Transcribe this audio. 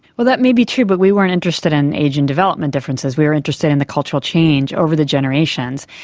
well, that may be true, but we weren't interested in age and development differences, we were interested in the cultural change over the generations.